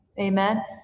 Amen